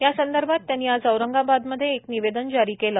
यासंदर्भात त्यांनी आज औरंगाबादमध्ये एक निवेदन जारी केलं